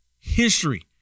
history